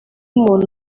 umuntu